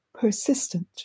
persistent